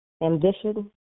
ambition